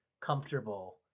comfortable